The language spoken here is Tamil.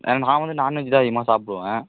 நான் வந்து நாண்வெஜ் தான் அதிகமாக சாப்பிடுவேன்